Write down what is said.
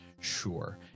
Sure